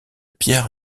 pierre